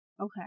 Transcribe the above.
Okay